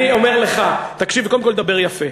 אני אומר לך, תקשיב, וקודם כול, תדבר יפה.